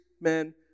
men